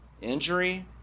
injury